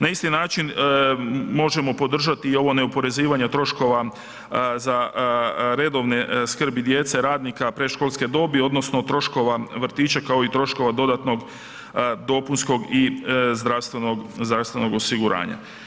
Na isti način možemo podržati i ovo neoporezivanje troškova za redovne skrbi djece, radnika predškolske dobi, odnosno troškova vrtića kao i troškova dodatnog dopunskog i zdravstvenog osiguranja.